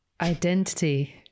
Identity